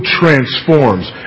transforms